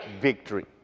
victory